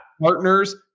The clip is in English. Partners